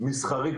מסחרי,